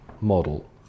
model